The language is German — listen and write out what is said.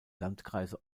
landkreise